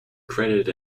credited